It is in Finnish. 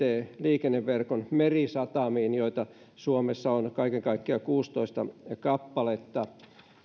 liikenneverkon merisatamiin joita suomessa on kaiken kaikkiaan kuusitoista kappaletta